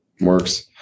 Works